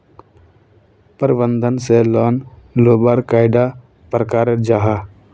प्रबंधन से लोन लुबार कैडा प्रकारेर जाहा?